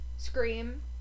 Scream